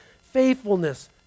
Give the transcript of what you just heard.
faithfulness